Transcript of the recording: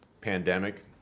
pandemic